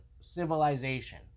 civilization